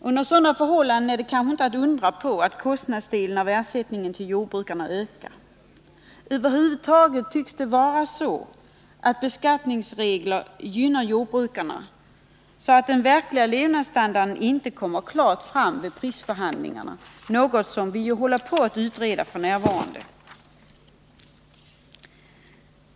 Under sådana förhållanden är det kanske inte att undra på att kostnadsdelen av ersättningen till jordbrukarna ökar. Över huvud taget tycks det vara på det sättet att beskattningsreglerna gynnar jordbrukarna, så att den verkliga levnadsstandarden inte kommer fram klart vid prisförhandlingarna, något som vi ju håller på att utreda f. n.